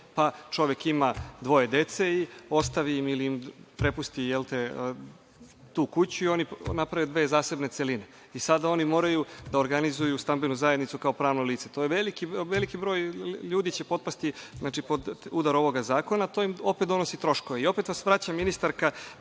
Čovek ima dvoje dece i ostavi im ili prepusti tu kući, i oni naprave dve zasebne celine i sada oni moraju da organizuju stambenu zajednicu kao pravno lice. Veliki broj ljudi će potpasti pod udar ovog zakona i to im opet donosi troškove i opet vas vraćam, ministarka,